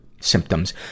symptoms